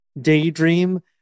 daydream